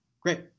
Great